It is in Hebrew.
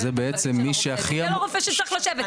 זה לא רופא שצריך לשבת.